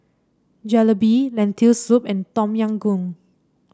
Jalebi Lentil Soup and Tom Yam Goong